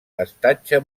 estatge